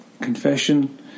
confession